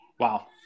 Wow